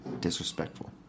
Disrespectful